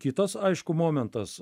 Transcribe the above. kitas aišku momentas